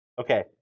Okay